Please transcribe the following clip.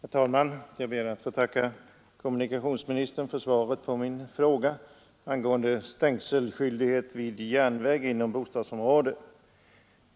Herr talman! Jag ber att få tacka kommunikationsministern för svaret på min fråga rörande stängselskyldighet vid järnväg inom bostadsområde.